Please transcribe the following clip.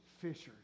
fishers